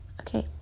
Okay